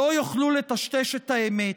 לא יוכלו לטשטש את האמת: